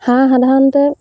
হাঁহ সাধাৰণতে